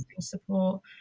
support